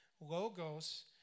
Logos